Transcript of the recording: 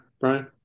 Brian